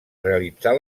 realitzar